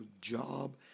job